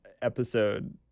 Episode